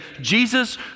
Jesus